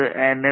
NFC